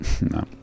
No